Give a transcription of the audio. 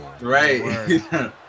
Right